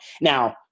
Now